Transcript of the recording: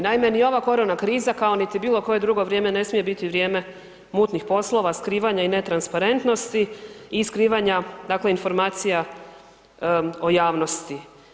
Naime, ni ova korona kriza kao niti bilo koje drugo vrijeme ne smije biti vrijeme mutnih poslova, skrivanja i netransparentnosti i skrivanja dakle informacija o javnosti.